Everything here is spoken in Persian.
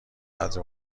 قدر